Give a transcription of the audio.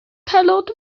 cannot